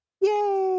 Yay